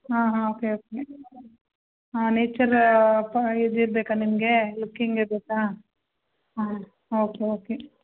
ಹಾಂ ಹಾಂ okay okay ಹಾಂ ನೇಚರ್ ಪ ಇದು ಇರ್ಬೇಕಾ ನಿಮಗೆ ಲುಕ್ಕಿಂಗ್ ಇರ್ಬೇಕಾ ಹಾಂ ಓಕೆ ಓಕೆ